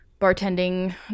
bartending